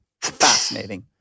Fascinating